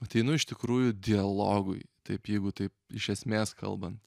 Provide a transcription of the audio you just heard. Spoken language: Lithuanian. ateinu iš tikrųjų dialogui taip jeigu taip iš esmės kalbant